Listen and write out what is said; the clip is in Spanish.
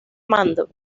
mando